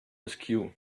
askew